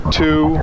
two